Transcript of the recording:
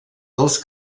dels